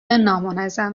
نامنظم